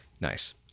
Nice